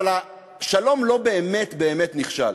אבל השלום לא באמת באמת נכשל.